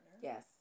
Yes